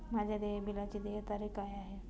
माझ्या देय बिलाची देय तारीख काय आहे?